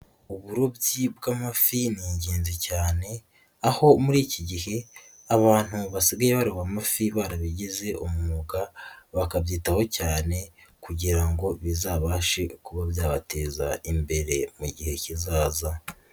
Uburobyi bw'amafi ni ingenzi cyane aho muri iki gihe abantu basigaye barebaba amafi barabigize umwuga, bakabyitaho cyane kugira ngo bizabashe kuba byabateza imbere mu gihe kizaza.